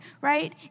right